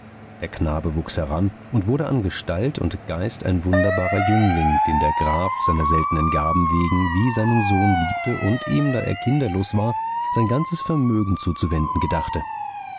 der knabe wuchs heran und wurde an gestalt und geist ein wunderbarer jüngling den der graf seiner seltenen gaben wegen wie seinen sohn liebte und ihm da er kinderlos war sein ganzes vermögen zuzuwenden gedachte